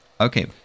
Okay